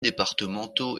départementaux